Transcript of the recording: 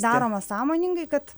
daroma sąmoningai kad